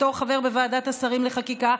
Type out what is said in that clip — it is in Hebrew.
בתור חבר בוועדת השרים לחקיקה,